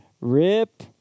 Rip